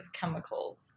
chemicals